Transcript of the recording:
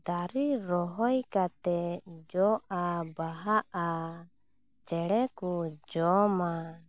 ᱫᱟᱨᱮ ᱨᱚᱦᱚᱭ ᱠᱟᱛᱮ ᱡᱚᱜᱼᱟ ᱵᱟᱦᱟᱜᱼᱟ ᱪᱮᱬᱮ ᱠᱚ ᱡᱚᱢᱟ